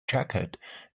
jacket